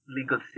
legal